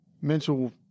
Mental